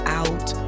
out